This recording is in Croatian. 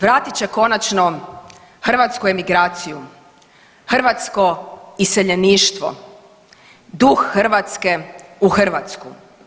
Vratit će konačno hrvatsku emigraciju, hrvatsko iseljeništvo, duh Hrvatske u Hrvatsku.